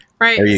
Right